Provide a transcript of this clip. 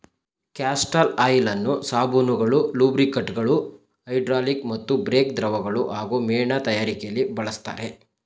castor ಆಯಿಲನ್ನು ಸಾಬೂನುಗಳು ಲೂಬ್ರಿಕಂಟ್ಗಳು ಹೈಡ್ರಾಲಿಕ್ ಮತ್ತು ಬ್ರೇಕ್ ದ್ರವಗಳು ಹಾಗೂ ಮೇಣ ತಯಾರಿಕೆಲಿ ಬಳಸ್ತರೆ